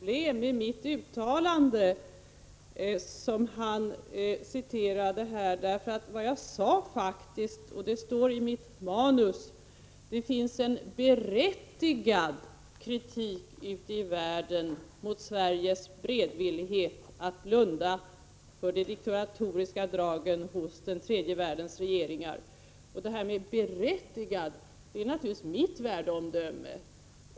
Herr talman! Jag tror att jag kan lösa Stig Alemyrs problem i fråga om mitt uttalande som han citerade. Jag sade faktiskt, och det står i mitt manus, att det finns en berättigad kritik ute i världen mot Sveriges beredvillighet att blunda för de diktatoriska dragen hos den tredje världens regeringar. Det där med berättigad var naturligtvis mitt värdeomdöme.